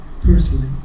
personally